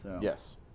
Yes